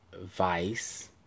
Vice